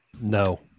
No